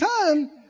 time